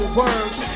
words